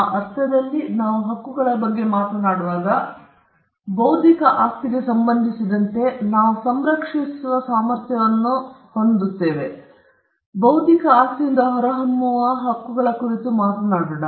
ಆ ಅರ್ಥದಲ್ಲಿ ನಾವು ಹಕ್ಕುಗಳ ಬಗ್ಗೆ ಮಾತನಾಡುವಾಗ ಬೌದ್ಧಿಕ ಆಸ್ತಿಗೆ ಸಂಬಂಧಿಸಿದಂತೆ ನಾವು ಸಂರಕ್ಷಿಸುವ ಸಾಮರ್ಥ್ಯವನ್ನು ಹೊಂದಿರುವ ಬೌದ್ಧಿಕ ಆಸ್ತಿಯಿಂದ ಹೊರಹೊಮ್ಮುವ ಹಕ್ಕುಗಳ ಕುರಿತು ಮಾತನಾಡುತ್ತೇವೆ